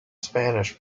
spanish